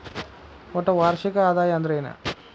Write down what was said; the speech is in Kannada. ಒಟ್ಟ ವಾರ್ಷಿಕ ಆದಾಯ ಅಂದ್ರೆನ?